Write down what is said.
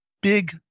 big